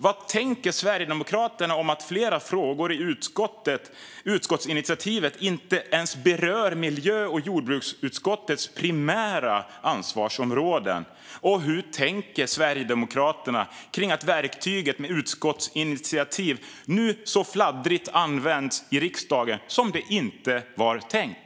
Vad tänker Sverigedemokraterna om att flera frågor i utskottsinitiativet inte ens berör miljö och jordbruksutskottets primära ansvarsområden? Och hur tänker Sverigedemokraterna kring att verktyget med utskottsinitiativ nu används så fladdrigt i riksdagen, som det inte var tänkt?